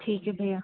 ठीक है भैया